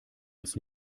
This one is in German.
uns